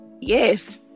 Yes